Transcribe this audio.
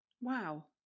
Wow